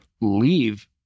leave